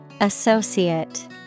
Associate